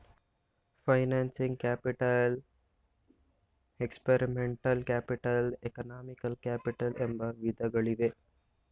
financing capital, experimental capital, economical capital ಎಂಬ ವಿಧಗಳಿವೆ